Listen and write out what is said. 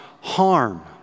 harm